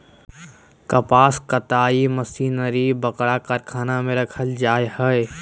कपास कताई मशीनरी बरका कारखाना में रखल जैय हइ